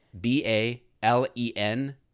B-A-L-E-N